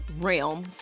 realm